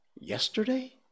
yesterday